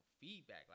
feedback